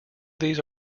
these